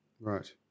Right